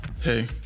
Hey